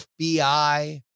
FBI